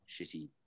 shitty